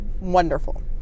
wonderful